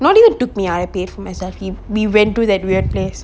not even took me I pay for myself he we went to that weird place